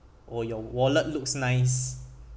or your wallet looks nice